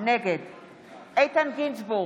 נגד איתן גינזבורג,